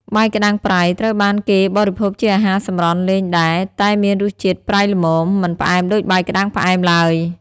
បាយក្ដាំងប្រៃត្រូវបានគេបរិភោគជាអាហារសម្រន់លេងដែរ តែមានរសជាតិប្រៃល្មម មិនផ្អែមដូចបាយក្ដាំងផ្អែមឡើយ។